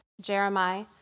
Jeremiah